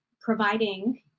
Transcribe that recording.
providing